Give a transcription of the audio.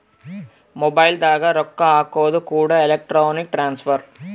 mobile ದಾಗ ರೊಕ್ಕ ಹಾಕೋದು ಕೂಡ ಎಲೆಕ್ಟ್ರಾನಿಕ್ ಟ್ರಾನ್ಸ್ಫರ್